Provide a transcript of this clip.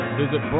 visit